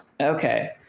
Okay